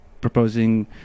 proposing